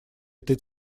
этой